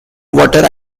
water